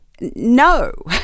No